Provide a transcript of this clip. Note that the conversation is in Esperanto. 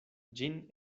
ĝin